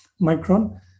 Micron